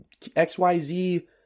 XYZ